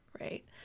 right